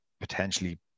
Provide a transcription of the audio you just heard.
potentially